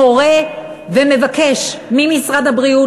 מורה ומבקש ממשרד הבריאות,